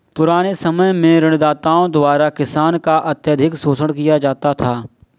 पुराने समय में ऋणदाताओं द्वारा किसानों का अत्यधिक शोषण किया जाता था